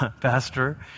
pastor